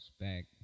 back